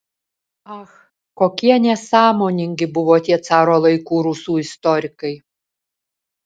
ach kokie nesąmoningi buvo tie caro laikų rusų istorikai